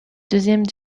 deuxième